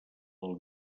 del